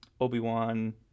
Obi-Wan